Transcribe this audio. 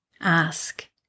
Ask